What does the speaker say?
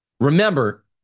remember